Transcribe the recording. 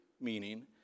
meaning